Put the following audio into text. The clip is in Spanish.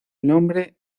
nombre